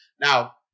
Now